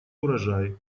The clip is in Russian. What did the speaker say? урожай